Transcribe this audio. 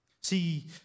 See